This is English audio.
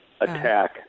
attack